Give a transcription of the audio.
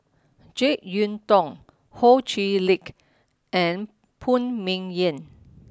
Jek Yeun Thong Ho Chee Lick and Phan Ming Yen